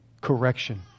correction